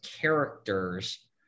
characters